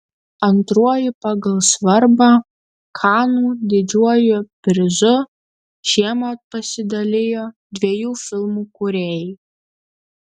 antruoju pagal svarbą kanų didžiuoju prizu šiemet pasidalijo dviejų filmų kūrėjai